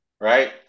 Right